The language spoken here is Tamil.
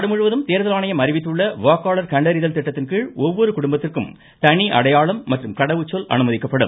நாடுமுழுவதும் தேர்தல் ஆணையம் அறிவித்துள்ள வாக்காளர் கண்டறிதல் திட்டத்தின்கீழ் ஒவ்வொரு குடும்பத்திற்கும் தவி அடையாளம் மற்றும் கடவுச்சொல் அனுமதிக்கப்படும்